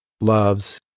loves